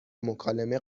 مکالمه